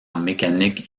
mécanique